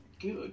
good